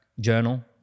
Journal